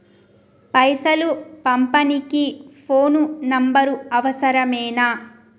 పైసలు పంపనీకి phone number అవసరమేనా?